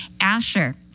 Asher